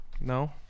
No